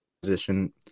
position